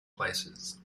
places